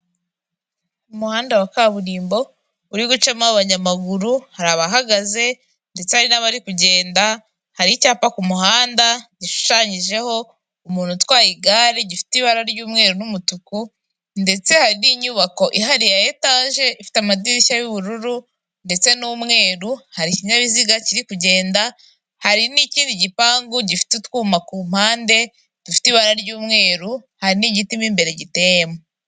Umuhanda wa kaburimbo uri gucamo abanyamaguru, hari abahagaze ndetse hari n'abari kugenda, hari icyapa ku muhanda gishushanyijeho umuntu utwaye igare, gifite ibara ry'umweru n'umutuku, ndetse hari n'inyubako ihari ya etaje ifite amadirishya y'ubururu ndetse n'umweru, hari ikinyabiziga kiri kugenda, hari n'ikindi gipangu gifite utwuma ku mpande dufite ibara ry'umweru, hari igiti mo imbere giteyemo.